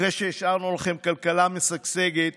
אחרי שהשארנו לכם כלכלה משגשגת,